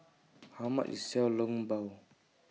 How much IS Xiao Long Bao